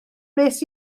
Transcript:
wnes